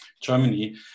Germany